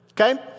okay